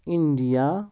India